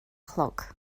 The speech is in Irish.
chlog